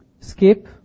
skip